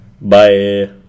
Bye